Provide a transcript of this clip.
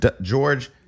George